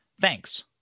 Thanks